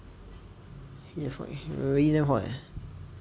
really damn hot eh